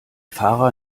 fahrer